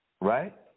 Right